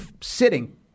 sitting